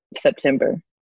September